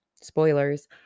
spoilers